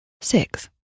six